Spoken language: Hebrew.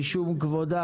משום כבודה,